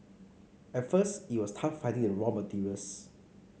at first it was tough finding the raw materials